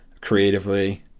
creatively